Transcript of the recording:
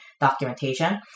documentation